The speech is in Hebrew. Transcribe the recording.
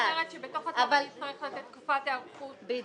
את אומרת שאני אצטרך לתת תקופת היערכות בכל מקרה.